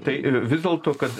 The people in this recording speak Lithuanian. tai vis dėl to kad